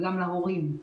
וגם להורים.